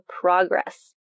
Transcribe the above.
progress